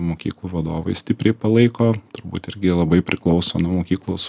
mokyklų vadovai stipriai palaiko turbūt irgi labai priklauso nuo mokyklos